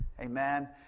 amen